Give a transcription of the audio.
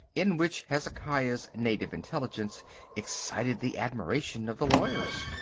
in which hezekiah's native intelligence excited the admiration of the lawyers.